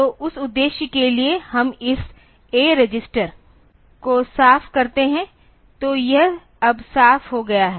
तो उस उद्देश्य के लिए हम इस A रजिस्टर को साफ करते हैं तो यह अब साफ हो गया है